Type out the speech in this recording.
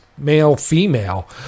male-female